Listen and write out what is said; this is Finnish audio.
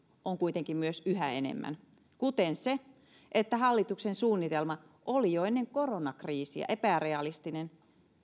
on kuitenkin myös yhä enemmän kuten se että hallituksen suunnitelma oli jo ennen koronakriisiä epärealistinen